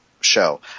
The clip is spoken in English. show